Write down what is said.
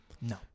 No